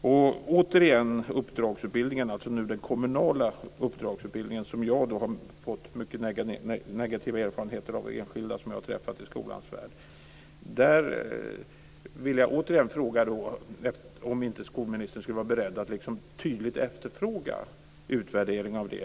Låt mig återigen ta upp den kommunala uppdragsutbildningen som jag har fått höra mycket negativt om från enskilda som jag har träffat i skolans värld. Jag vill återigen fråga om inte skolministern är beredd att tydligt efterfråga en utvärdering av den.